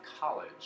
college